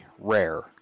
rare